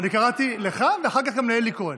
אני קראתי לך ואחר כך גם לאלי כהן.